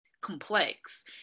complex